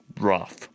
rough